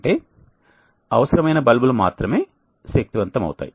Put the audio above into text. అంటే అవసరమైన బల్బులు మాత్రమే శక్తివంతమవుతాయి